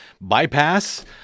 bypass